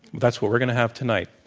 that's what we're going to have tonight.